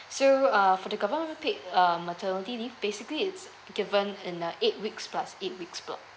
so uh for the government paid uh maternity leave basically it's given in a eight weeks plus eight weeks block